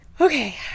Okay